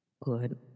Good